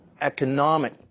economic